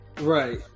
right